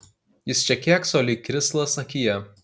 jis čia kėkso lyg krislas akyje